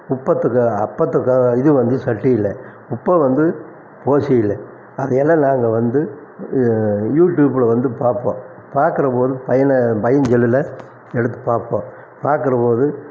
உப்பத்துக்காக அப்பத்துக்காக இது வந்து சட்டியில உப்பை வந்து போசையில் அதையெல்லாம் நாங்கள் வந்து யூடுப்பில் வந்து பார்ப்போம் பார்க்கறபோது பையனை பையன் செல்லில் எடுத்து பார்ப்போம் பார்க்கறபோது